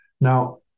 Now